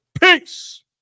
Peace